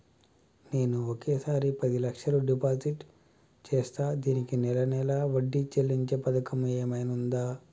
నేను ఒకేసారి పది లక్షలు డిపాజిట్ చేస్తా దీనికి నెల నెల వడ్డీ చెల్లించే పథకం ఏమైనుందా?